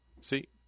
See